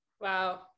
Wow